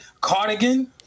Cardigan